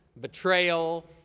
betrayal